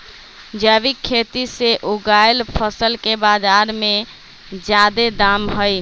जैविक खेती से उगायल फसल के बाजार में जादे दाम हई